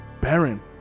Baron